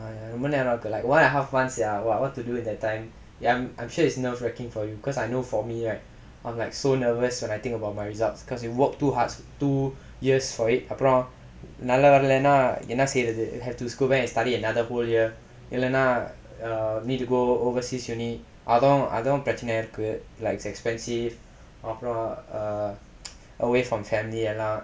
I'm gonna have a like one and a half [one] sia !wah! what to do in that time ya I'm sure it's nerve racking for you cause I know for me right I'm like so nervous when I think about my results because you work two hard two years for it அப்பறம் நல்ல வரலேனா என்ன செய்றது:apparam nalla varalaenaa enna seirathu apparam you have to go back to study another whole year இல்லனா:illana err need to go overseas uni அதும் அதும் பிரச்சனையா இருக்கு:athum athum prachanaiyaa irukku like it's expensive அப்றம்:apram err away from family எல்லா:ellaa